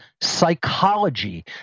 psychology